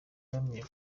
bamenye